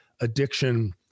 addiction